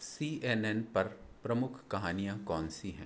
सी N N पर प्रमुख कहानियाँ कौनसी हैं